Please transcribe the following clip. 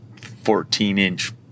14-inch